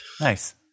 Nice